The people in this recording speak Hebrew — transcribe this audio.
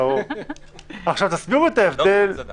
תסבירו לי את ההבדל,